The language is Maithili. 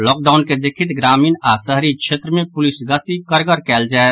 लॉकडाउन के देखैत ग्रामीण आओर शहरी क्षेत्र मे पुलिस गश्ती कड़गर कयल जाय